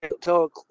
tell